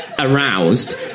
aroused